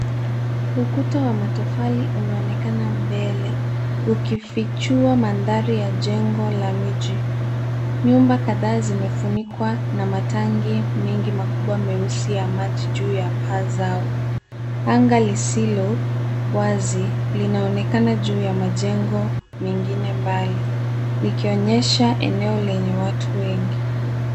Ukuta wa matofali umeonekana mbele, ukifichua mandhari ya jengo la miji. Nyumba kadhaa zimefunikwa na matangi mengi makubwa meusi ya majii juu ya paa zao. Anga lisilowazi linaonekana juu ya majengo mengine mbali likionyesha eneo lenye watu wengi.